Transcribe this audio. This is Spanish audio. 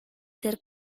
ser